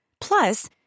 Plus